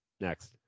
next